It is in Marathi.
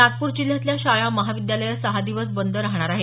नागपूर जिल्ह्यातल्या शाळा महाविद्यालयं सहा दिवस बंद राहणार आहेत